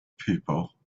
people